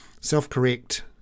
self-correct